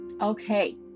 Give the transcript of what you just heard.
Okay